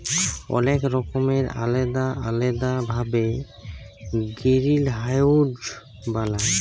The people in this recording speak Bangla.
অলেক রকমের আলেদা আলেদা ভাবে গিরিলহাউজ বালায়